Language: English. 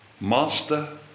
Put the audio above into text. master